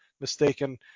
mistaken